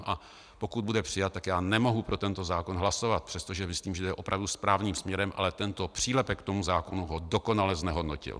A pokud bude přijat, tak já nemohu pro tento zákon hlasovat, přestože myslím, že jde opravdu správným směrem, ale tento přílepek k tomuto zákonu ho dokonale znehodnotil.